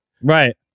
right